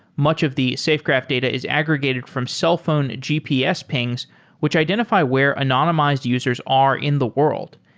much of the safegraph data is aggregated from cellphone gps pings which identify where anonymized users are in the world.